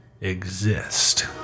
exist